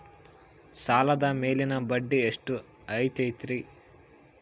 ಸಾಲದ ಮೇಲಿನ ಬಡ್ಡಿ ಎಷ್ಟು ಇರ್ತೈತೆ?